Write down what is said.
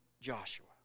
Joshua